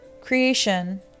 creation